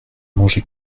mangé